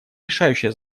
решающее